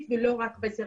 כבד.